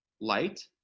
light